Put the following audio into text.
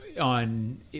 on